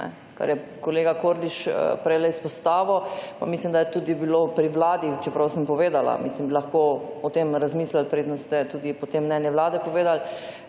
kar je kolega Kordiš prej izpostavil, pa mislim da je tudi bilo pri vladi, čeprav sem povedala, mislim lahko bi o tem razmislili predno ste tudi potem mnenje vlade povedali,